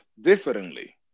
differently